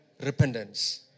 repentance